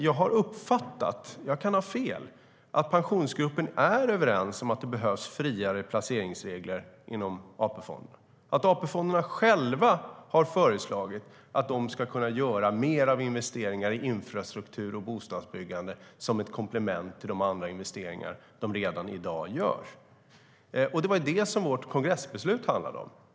Jag har uppfattat - jag kan ha fel - att Pensionsgruppen är överens om att det behövs friare placeringsregler inom AP-fonderna. AP-fonderna har själva föreslagit att de ska kunna göra mer av investeringar i infrastruktur och bostadsbyggande som ett komplement till de andra investeringar de redan i dag gör. Det var detta som vårt kongressbeslut handlade om.